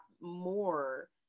more